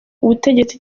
ubutegetsi